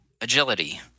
agility